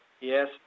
yes